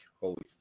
Holy